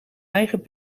eigen